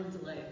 delay